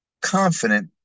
confident